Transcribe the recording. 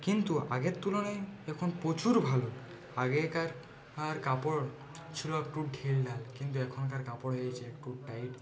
কিন্তু আগের তুলনায় এখন প্রচুর ভালো আগেকার আর কাপড় ছিল একটু ঢিলঢাল কিন্তু এখনকার কাপড় হয়েছে একটু টাইট